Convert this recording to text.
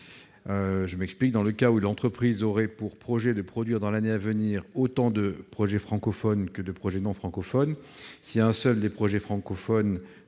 En effet, dans le cas où l'entreprise aurait pour projet de produire dans l'année à venir autant de projets francophones que de projets non francophones, si un seul des projets francophones